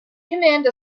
command